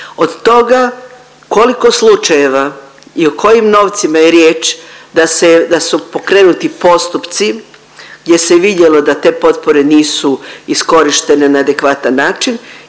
Od toga koliko slučajeva i o kojim novcima je riječ da su pokrenuti postupci gdje se je vidjelo da te potpore nisu iskorištene na adekvatan način